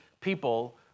people